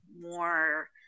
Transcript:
more